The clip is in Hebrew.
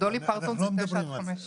אבל אנחנו לא מדברים על זה.